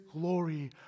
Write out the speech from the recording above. glory